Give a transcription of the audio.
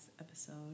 episode